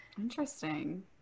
Interesting